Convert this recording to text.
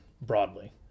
broadly